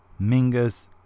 Mingus